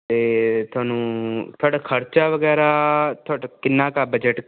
ਅਤੇ ਤੁਹਾਨੂੰ ਤੁਹਾਡਾ ਖਰਚਾ ਵਗੈਰਾ ਤੁਹਾਡਾ ਕਿੰਨਾ ਕੁ ਆ ਬਜਟ